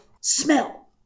Smell